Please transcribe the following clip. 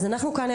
אנחנו כאן,